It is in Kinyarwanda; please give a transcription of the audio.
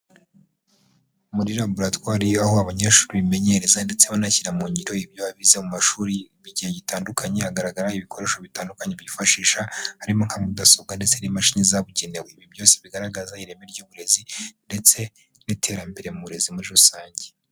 Muri laboratoire aho abanyeshuri bimenyereza ndetse banashyira mu ngiro ibyo bize mu mashuri mu gihe gitandukanye. Hagaragara ibikoresho bitandukanye bifashisha, harimo nka mudasobwa ndetse n'imashini zabugenewe. Byose bigaragaza ireme ry'uburezi ndetse n'iterambere mu burezi muri rusange.